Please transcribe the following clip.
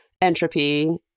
entropy